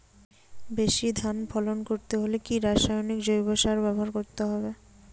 বেশি ধান ফলন করতে হলে কি রাসায়নিক জৈব সার ব্যবহার করতে হবে?